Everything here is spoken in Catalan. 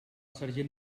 sergent